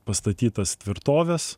pastatytas tvirtoves